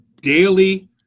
daily